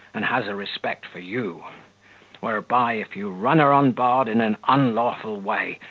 and has a respect for you whereby, if you run her on board in an unlawful way,